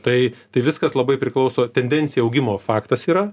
tai tai viskas labai priklauso tendencija augimo faktas yra